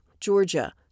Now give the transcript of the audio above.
Georgia